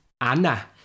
anna